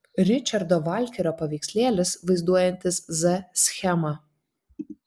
ričardo valkerio paveikslėlis vaizduojantis z schemą